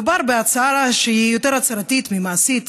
מדובר בהצעה שהיא יותר הצהרתית ממעשית.